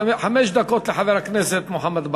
חמש דקות לחבר הכנסת מוחמד ברכה.